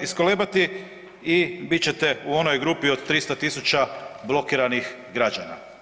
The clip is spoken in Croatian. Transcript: iskolebati i bit ćete u onoj grupi od 300.000 blokiranih građana.